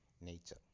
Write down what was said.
nature